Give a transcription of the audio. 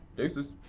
deuces,